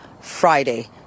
Friday